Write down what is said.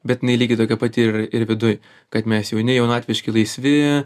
bet lygiai tokia pati ir viduj kad mes jauni jaunatviški laisvi